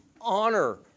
honor